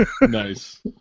Nice